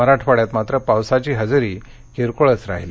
मराठवाड्यात मात्र पावसाची हजेरी किरकोळच होती